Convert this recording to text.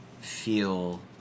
feel